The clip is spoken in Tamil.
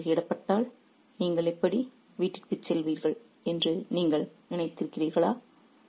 நகரம் முற்றுகையிடப்பட்டால் நாங்கள் எப்படி வீட்டிற்கு செல்வோம் என்று நீங்கள் நினைத்திருக்கிறீர்களா